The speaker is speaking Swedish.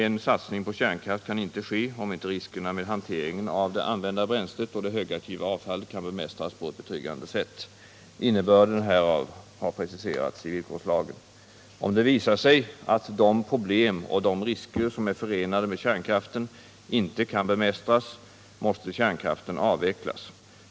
En satsning på kärnkraft kan inte ske om inte riskerna med hanteringen av det använda bränslet och det högaktiva avfallet kan bemästras på betryggande sätt. Innebörden härav har preciserats i villkorslagen. Om det visar sig att de problem och de risker som är förenade med kärnkraften inte kan bemästras måste kärnkraften avvecklas.